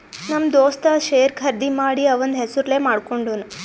ನಮ್ ದೋಸ್ತ ಶೇರ್ ಖರ್ದಿ ಮಾಡಿ ಅವಂದ್ ಹೆಸುರ್ಲೇ ಮಾಡ್ಕೊಂಡುನ್